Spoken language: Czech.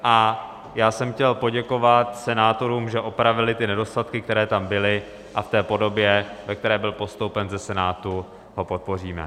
A chtěl jsem poděkovat senátorům, že opravili ty nedostatky, které tam byly, a v podobě, ve které byl postoupen ze Senátu, ho podpoříme.